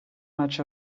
much